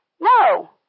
No